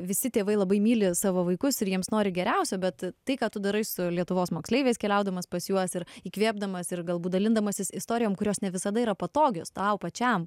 visi tėvai labai myli savo vaikus ir jiems nori geriausio bet tai ką tu darai su lietuvos moksleiviais keliaudamas pas juos ir įkvėpdamas ir galbūt dalindamasis istorijom kurios ne visada yra patogios tau pačiam